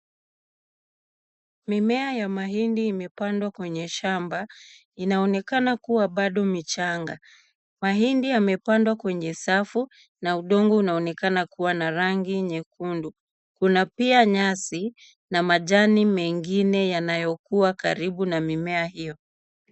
Mimea ya mahindi imepandwa kwenye shamba inaonekana kuwa bado michanga. Mahindi yamepandwa kwenye safu na udongo unaoonekana kuwa na rangi nyekundu. Kuna pia nyasi na majani mengine yanayokuwa karibu na mimea hiyo.